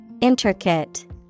Intricate